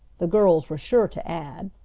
the girls were sure to add.